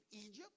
Egypt